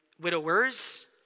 widowers